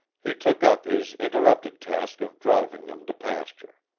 he took up his interrupted task of driving them to pasture.